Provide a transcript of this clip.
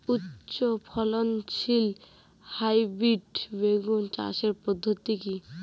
উচ্চ ফলনশীল হাইব্রিড বেগুন চাষের পদ্ধতি কী?